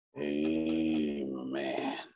amen